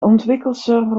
ontwikkelserver